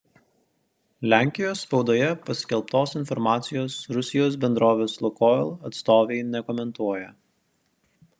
lenkijos spaudoje paskelbtos informacijos rusijos bendrovės lukoil atstovai nekomentuoja